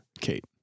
Kate